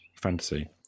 fantasy